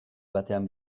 batean